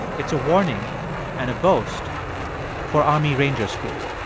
it's a warning and a boast for army ranger school.